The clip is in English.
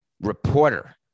reporter